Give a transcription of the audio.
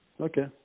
Okay